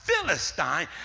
Philistine